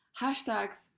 Hashtags